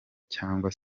cyangwa